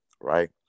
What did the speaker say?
right